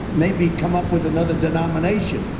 maybe, come up with another denomination.